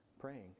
praying